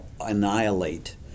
annihilate